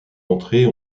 entrées